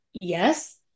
yes